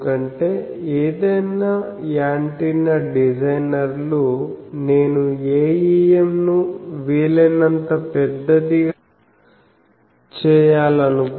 ఎందుకంటే ఏదైనా యాంటెన్నా డిజైనర్లు నేను Aem ను వీలైనంత పెద్దదిగా చేయాలనుకుంటున్నాను